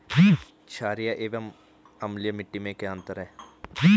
छारीय एवं अम्लीय मिट्टी में क्या अंतर है?